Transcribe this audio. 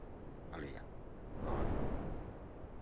ᱠᱷᱩᱵ ᱵᱷᱟᱞᱮᱭᱟ ᱨᱚᱦᱚᱭ ᱫᱚ